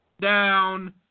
down